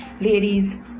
Ladies